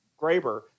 Graber